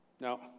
Now